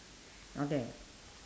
okay